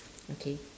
okay